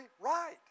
right